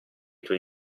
tuoi